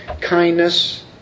kindness